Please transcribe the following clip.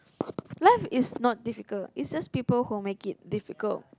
life is not difficult it's just people who make it difficult